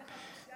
אין לך בושה?